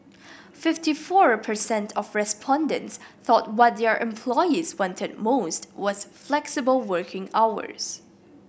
fifty four percent of respondents thought what their employees wanted most was flexible working hours